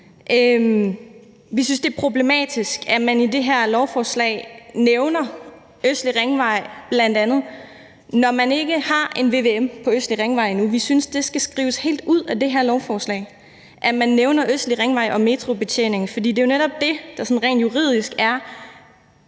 Vi synes, det er problematisk, at man i det her lovforslag bl.a. nævner en østlig ringvej, når man ikke har en vvm-undersøgelse af en østlig ringvej endnu. Vi synes, det skal skrives helt ud af det her lovforslag – en østlig ringvej og metrobetjening – for det er jo netop det, der sådan rent juridisk er